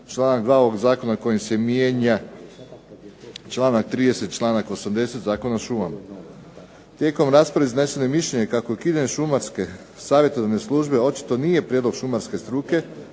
članak 2. ovog zakona kojim se mijenja članak 30. i članak 80. Zakona o šumama. Tijekom rasprave izneseno je i mišljenje kako je ukidanje Šumarske savjetodavne službe očito nije prijedlog šumarske struke